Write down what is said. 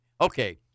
Okay